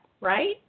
right